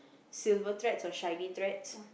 silver threads or shiny threads